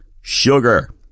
sugar